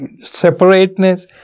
separateness